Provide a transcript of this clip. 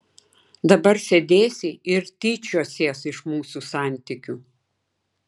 dabar sėdėsi ir tyčiosies iš mūsų santykių